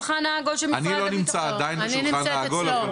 אני לא נמצא עדיין בשולחן העגול,